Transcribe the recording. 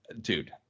dude